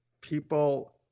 people